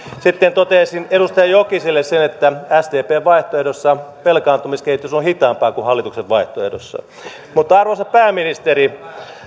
sitten toteaisin edustaja jokiselle sen että sdpn vaihtoehdossa velkaantumiskehitys on hitaampaa kuin hallituksen vaihtoehdossa mutta arvoisa pääministeri